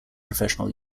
professional